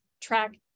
track